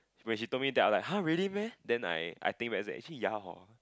when she told me that I'm like !huh! really meh then I I think back is like actually ya hor